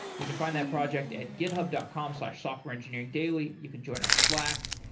you can find that project at github dot com slash softwareengineeringdaily. you can join our slack,